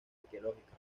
arqueológicas